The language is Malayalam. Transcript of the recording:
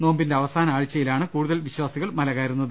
നോമ്പിന്റെ അവസാന ആഴ്ചയിലാണ് കൂടുതൽ വിശ്വാസികൾ മല കയറുന്നത്